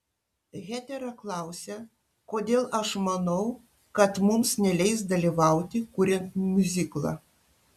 hetera klausia kodėl aš manau kad mums neleis dalyvauti kuriant miuziklą